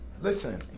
Listen